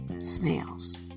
snails